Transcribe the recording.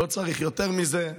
לא צריך יותר מזה.